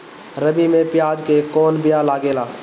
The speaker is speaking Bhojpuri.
रबी में प्याज के कौन बीया लागेला?